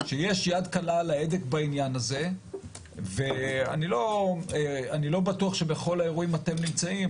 שיש יד קלה על ההדק בעניין הזה ואני לא בטוח שבכל האירועים אתם נמצאים,